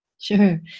Sure